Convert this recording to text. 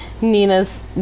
Nina's